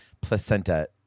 placenta